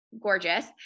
gorgeous